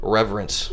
Reverence